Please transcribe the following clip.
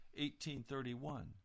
18.31